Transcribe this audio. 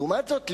לעומת זאת,